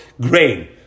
grain